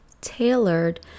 tailored